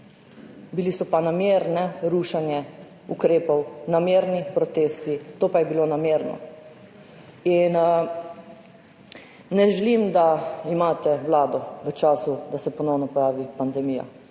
Bilo je pa namerno rušenje ukrepov, namerni protesti, to pa je bilo namerno. Ne želim, da bi imeli vlado v času, ko bi se ponovno pojavila pandemija,